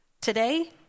Today